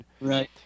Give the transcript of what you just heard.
Right